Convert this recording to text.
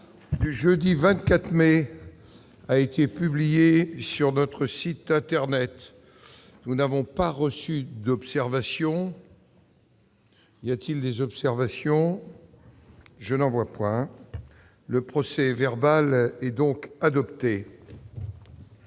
Le procès-verbal est adopté.